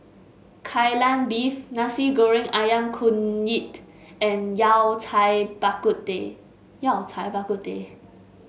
Kai Lan Beef Nasi Goreng ayam kunyit and Yao Cai Bak Kut Teh Yao Cai Bak Kut Teh